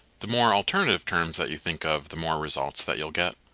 the more alternative terms that you think of, the more results that you'll get.